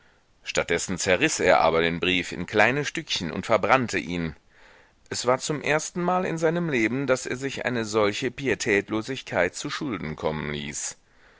statt dessen zerriß er aber den brief in kleine stückchen und verbrannte ihn es war zum erstenmal in seinem leben daß er sich eine solche pietätlosigkeit zuschulden kommen ließ